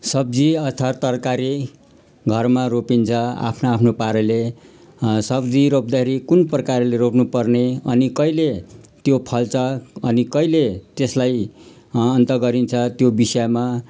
सब्जी अर्थात् तरकारी घरमा रोपिन्छ आफ्नो आफ्नो पाराले सब्जी रोप्दाखेरि कुन प्रकारले रोप्नु पर्ने अनि कहिले त्यो फल्छ अनि कहिले त्यसलाई अन्त गरिन्छ त्यो विषयमा